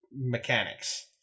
mechanics